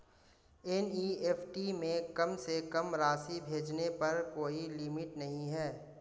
NEFT में कम से कम राशि भेजने पर कोई लिमिट नहीं है